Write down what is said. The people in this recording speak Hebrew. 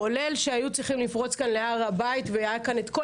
כולל שהיו צריכים לפרוץ כאן להר הבית והיה כאן את כל